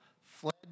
fled